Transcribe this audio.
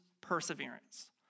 perseverance